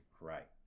right